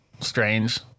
Strange